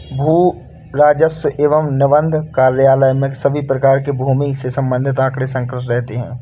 भू राजस्व एवं निबंधन कार्यालय में सभी प्रकार के भूमि से संबंधित आंकड़े संकलित रहते हैं